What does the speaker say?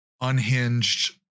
unhinged